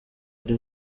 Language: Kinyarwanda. ari